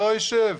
לא אשב.